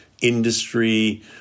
industry